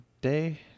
day